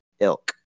ilk